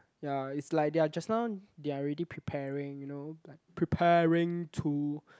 ya is like they are just now they are already preparing you know like preparing to